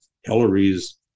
Hillary's